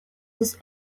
this